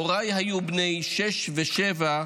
הוריי היו בני שש ושבע.